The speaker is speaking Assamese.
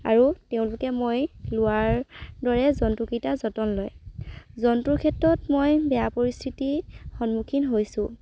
আৰু তেওঁলোকে মই লোৱাৰ দৰে জন্তুকেইটাৰ যতন লয় জন্তুৰ ক্ষেত্ৰত মই বেয়া পৰিস্থিতি সন্মুখীন হৈছোঁ